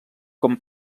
com